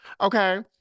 Okay